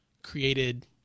created